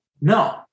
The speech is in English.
no